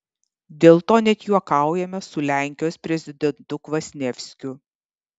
dėl to net juokaujame su lenkijos prezidentu kvasnievskiu